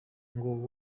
ngo